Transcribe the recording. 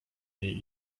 niej